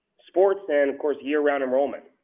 sports, and of course year-round enrollment.